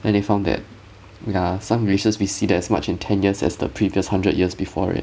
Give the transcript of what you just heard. then they found that ya some glaciers we see that as much in ten years as the previous hundred years before it